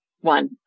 One